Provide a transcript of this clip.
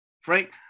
Frank